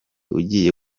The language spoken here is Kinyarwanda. ugiye